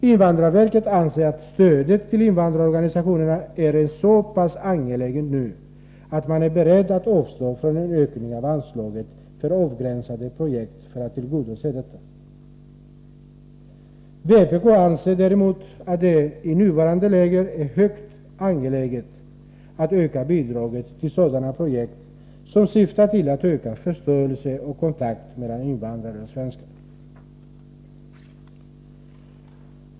Invandrarverket anser att stödet till invandrarorganisationerna är så pass angeläget nu att man är beredd att avstå från en ökning av anslaget för avgränsade projekt för att tillgodose detta. Vpk anser däremot att det i nuvarande läge är högst angeläget att öka bidraget till sådana projekt som syftar till ökad förståelse och kontakt mellan invandrare och svenskar.